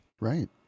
Right